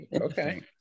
okay